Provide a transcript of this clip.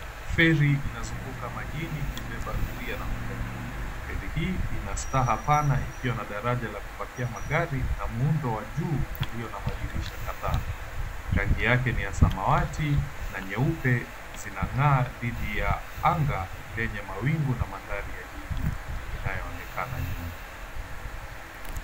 Feri inazunguka majini ikibeba abiria na magari. Feri hii ina staha pana ikiwa na daraja la kupakia magari na muundo wa juu ulio na madirisha kadhaa. Rangi yake ni ya samawati na nyeupe zinang'aa dhidi ya anga lenye mawingu na mandhari ya jiji inayoonekana nyuma.